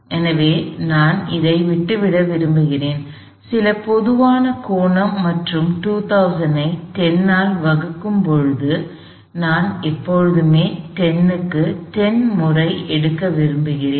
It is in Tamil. எனவே நான் இதை விட்டுவிட விரும்புகிறேன் சில பொதுவான கோணம் மற்றும் 2000 ஐ 10 ஆல் வகுக்க வேண்டும் நான் எப்போதுமே 10 க்கு 10 முறை எடுக்க விரும்புகிறேன்